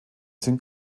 sind